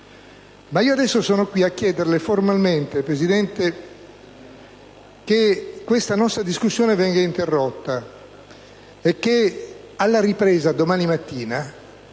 Ma io adesso sono qui a chiederle formalmente, signor Presidente, che questa nostra discussione venga interrotta e che, alla ripresa, domani mattina,